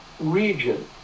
region